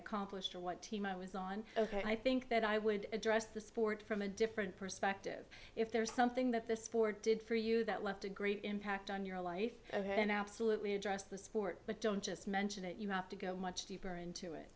accomplished or what team i was on ok i think that i would address the sport from a different perspective if there is something that the sport did for you that left a great impact on your life and absolutely address the sport but don't just mention it you have to go much deeper into it